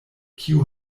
kiu